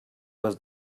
was